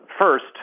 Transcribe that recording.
First